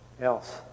else